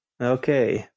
Okay